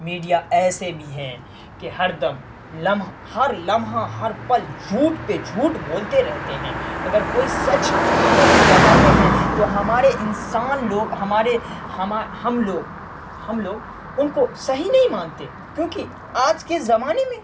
media ایسے بھی ہیں کہ ہر دم لمحہ ہر لمحہ ہر پل جھوٹ پہ جھوٹ بولتے رہتے ہیں اگر کوئی سچ خبر بھی بتاتے ہیں تو ہمارے انسان لوگ ہمارے ہم لوگ ہم لوگ ان کو صحیح نہیں مانتے کیونکہ آج کے زمانے میں